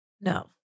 No